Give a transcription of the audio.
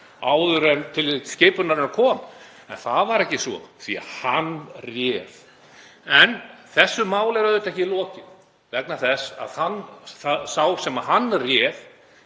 áður en til skipunarinnar kom. En það var ekki svo því að hann réð. Þessu máli er auðvitað ekki lokið vegna þess að sá sem hann réð